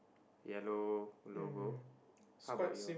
yellow logo how about your